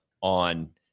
on